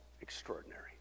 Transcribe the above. extraordinary